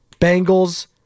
Bengals